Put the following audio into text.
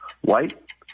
White